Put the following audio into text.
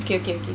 okay okay okay